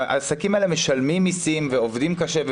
העסקים האלה משלמים מיסים ועובדים קשה.